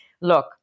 look